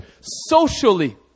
socially